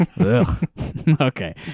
Okay